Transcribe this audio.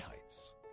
Heights